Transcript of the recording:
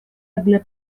eble